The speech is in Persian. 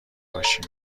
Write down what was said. باشیم